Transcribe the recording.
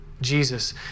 Jesus